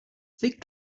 thick